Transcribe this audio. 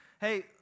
Hey